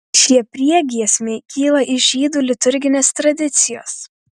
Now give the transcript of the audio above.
šie priegiesmiai kyla iš žydų liturginės tradicijos